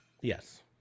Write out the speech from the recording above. Yes